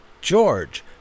George